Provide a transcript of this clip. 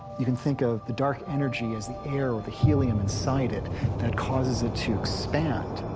you can think of the dark energy as the air, or the helium, inside it that causes it to expand.